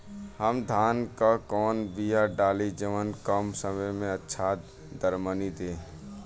हम धान क कवन बिया डाली जवन कम समय में अच्छा दरमनी दे?